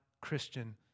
Christian